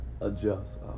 adjust